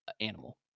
animal